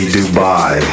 Dubai